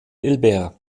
hilbert